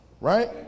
right